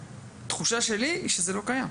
התחושה שלי שזה לא קיים.